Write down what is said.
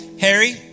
Harry